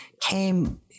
came